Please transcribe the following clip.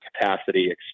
capacity